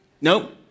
Nope